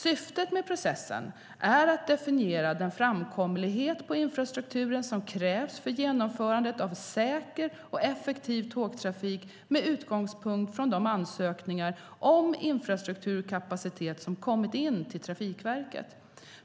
Syftet med processen är att definiera den framkomlighet på infrastrukturen som krävs för genomförande av säker och effektiv tågtrafik med utgångspunkt från de ansökningar om infrastrukturkapacitet som kommit in till Trafikverket.